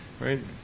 right